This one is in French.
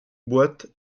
boite